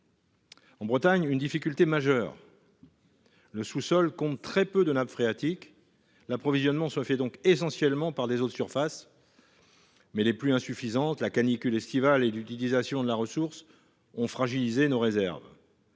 En Bretagne se pose une difficulté majeure : le sous-sol comptant très peu de nappes phréatiques, l'approvisionnement se fait essentiellement par des eaux de surface ; or les pluies insuffisantes, la canicule estivale et l'utilisation de la ressource ont fragilisé nos réserves.